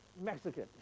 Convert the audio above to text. Mexican